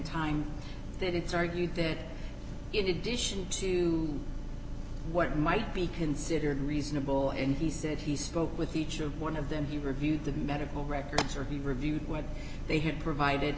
time that it's argued that in addition to what might be considered reasonable and he said he spoke with each one of them he reviewed the medical records or be reviewed what they did provided